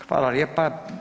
Hvala lijepa.